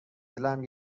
دلم